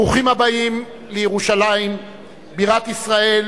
ברוכים הבאים לירושלים בירת ישראל,